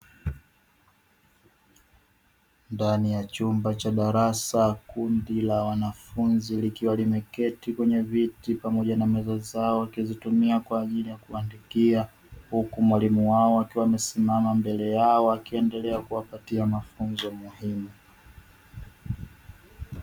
Ndani ya chumba cha darasa kundi la wanafunzi likiwa limeketi kwenye viti pamoja na meza zao wakizitumia kwa ajili ya kuandikia, huku mwalimu wao akiwa amesimama mbele yao akiendelea kuwapatia mafunzo muhimu.